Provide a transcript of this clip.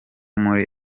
muri